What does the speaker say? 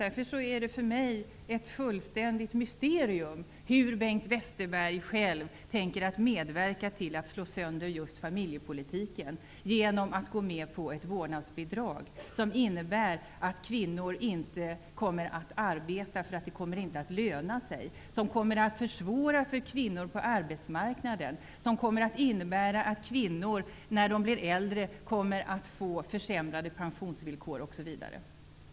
Därför är det för mig ett fullständigt mysterium hur Bengt Westerberg själv tänker medverka till att slå sönder just familjepolitiken, genom att gå med på ett vårdnadsbidrag, som innebär att kvinnor inte kommer att arbeta, därför att det inte lönar sig, som försvårar för kvinnor på arbetsmarknaden, som innebär att kvinnor när de blir äldre får försämrade pensionsvillkor osv.